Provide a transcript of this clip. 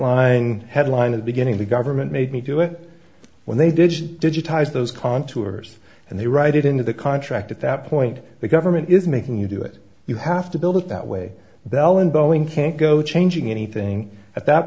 line headline in the beginning the government made me do it when they did digitize those contours and they write it into the contract at that point the government is making you do it you have to build it that way bell and boeing can't go changing anything at that